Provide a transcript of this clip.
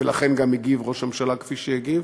ולכן גם הגיב ראש הממשלה כפי שהגיב,